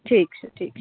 ठीक छै ठीक छै